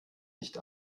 nicht